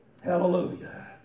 Hallelujah